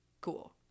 cool